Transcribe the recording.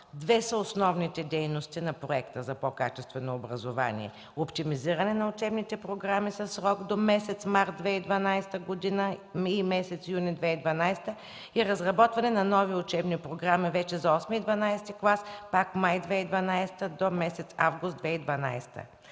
Две са основните дейности на Проекта за по-качествено образование – оптимизиране на учебните програми със срок до месец март 2012 г., месец юни 2012 г. и разработване на нови учебни програми за VІІІ и ХІІ клас – май 2012 до месец август 2012